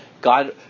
God